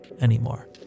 anymore